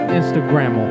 instagram